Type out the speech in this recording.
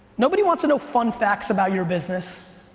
nobody wants to know fun facts about your business.